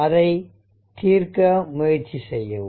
அதை தீர்க்க முயற்சி செய்யவும்